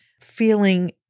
feeling